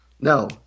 No